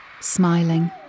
smiling